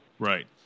Right